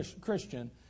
Christian